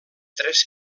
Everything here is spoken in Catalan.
tres